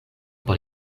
por